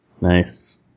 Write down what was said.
Nice